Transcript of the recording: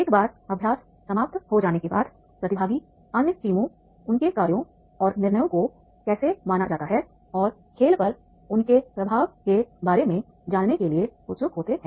एक बार अभ्यास समाप्त हो जाने के बाद प्रतिभागी अन्य टीमों द्वारा उनके कार्यों और निर्णयों को कैसे माना जाता है और खेल पर उनके प्रभाव के बारे में जानने के लिए उत्सुक होते हैं